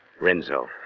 Renzo